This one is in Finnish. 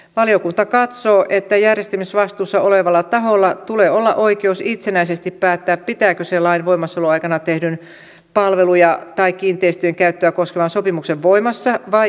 valiokunta katsoo että järjestämisvastuussa olevalla taholla tulee olla oikeus itsenäisesti päättää pitääkö se lain voimassaoloaikana tehdyn palveluja tai kiinteistöjen käyttöä koskevan sopimuksen voimassa vai irtisanooko se sen